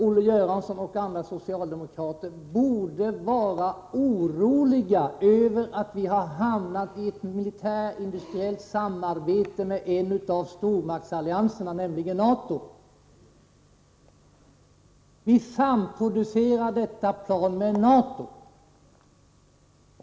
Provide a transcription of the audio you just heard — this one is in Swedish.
Olle Göransson och andra socialdemokrater borde vara oroliga över att vi har hamnat i ett militärindustriellt samarbete med en av stormaktsallianserna, nämligen NATO. Vi samproducerar detta plan med NATO.